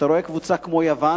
וכשאתה רואה קבוצה כמו יוון,